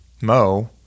Mo